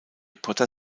potter